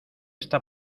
esta